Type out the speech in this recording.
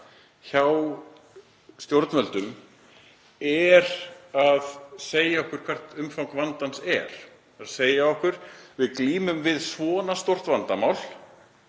hjá stjórnvöldum er að segja okkur hvert umfang vandans er, að segja: Við glímum við svona stórt vandamál.